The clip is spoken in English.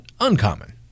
uncommon